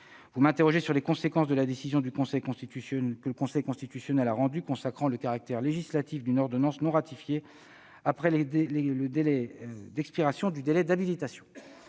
Vous avez évoqué la décision que le Conseil constitutionnel a rendue consacrant le caractère législatif d'une ordonnance non ratifiée après l'expiration du délai d'habilitation.